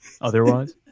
otherwise